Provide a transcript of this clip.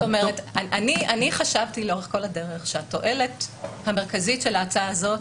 אני חשבתי לאורך כל הדרך שהתועלת המרכזית של ההצעה הזאת